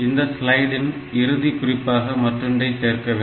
இந்த ஸ்லைடின் இறுதி குறிப்பாக மற்றொன்றை சேர்க்கவேண்டும்